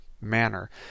manner